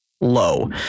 low